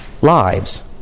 lives